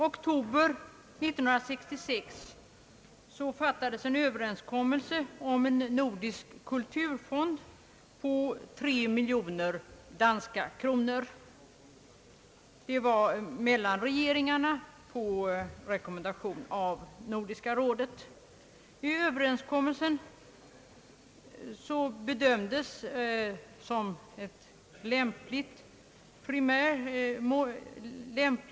På Nordiska rådets rekommendation träffades i oktober 1966 en Överenskommelse mellan regering arna i de nordiska länderna om att bilda en nordisk kulturfond på 3 miljoner danska kronor.